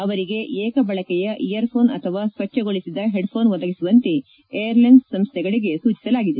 ಅವರಿಗೆ ಏಕ ಬಳಕೆಯ ಇಯರ್ಫೋನ್ ಅಥವಾ ಸ್ವಚ್ಗೊಳಿಸಿದ ಹೆಡ್ಫೋನ್ ಒದಗಿಸುವಂತೆ ಏರ್ಲೈನ್ಸ್ ಸಂಸ್ನೆಗಳಿಗೆ ಸೂಚಿಸಲಾಗಿದೆ